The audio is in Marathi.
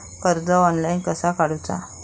कर्ज ऑनलाइन कसा काडूचा?